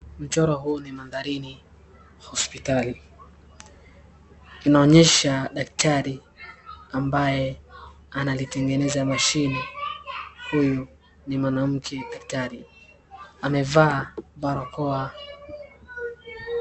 Mchoro huu ni mandharini ya hospitali. Inaonyesha daktari ambaye analitengeneza mashini. Huyu ni mwanamke daktari, amevaa barakoa.